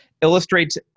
illustrates